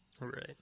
Right